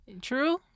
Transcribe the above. True